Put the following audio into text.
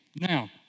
Now